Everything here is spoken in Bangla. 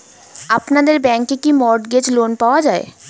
আপনাদের ব্যাংকে কি মর্টগেজ লোন পাওয়া যায়?